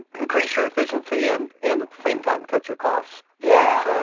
increase your efficiency and and at the same time cut your costs. yeah.